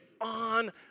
on